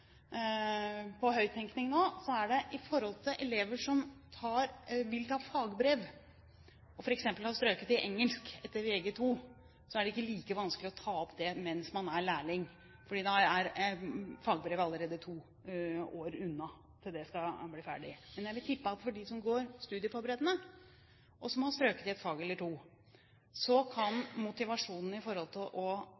på høyttenkning nå, at når det gjelder elever som vil ta fagbrev, som f.eks. har strøket i engelsk etter Vg2 er det ikke like vanskelig å ta opp det mens man er lærling, fordi det er to år til fagbrevet skal være ferdig. Men jeg vil tippe at for dem som går studieforberedende, som har strøket i et fag eller to, kan